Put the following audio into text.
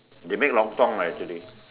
they make lontong lah actually